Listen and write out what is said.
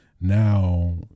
Now